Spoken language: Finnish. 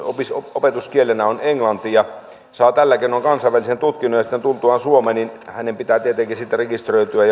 opetuskielenä on englanti ja tällä keinoin saa kansainvälisen tutkinnon ja sitten tultuaan suomeen hänen pitää tietenkin rekisteröityä